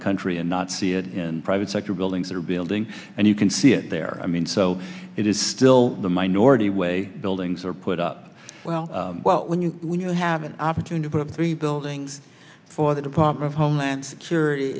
the country and not see it in private sector buildings that are building and you can see it there i mean so it is still the minority way buildings are put up well when you when you have an opportune to put the buildings for the department of homeland security